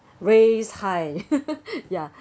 raised high ya